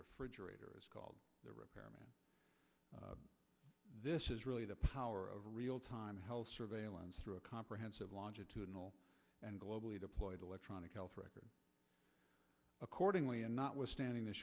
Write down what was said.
refrigerator is called the repairman this is really the power of real time health surveillance through a comprehensive longitudinal and globally deployed electronic health record accordingly and notwithstanding the